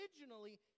originally